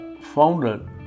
founded